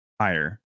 higher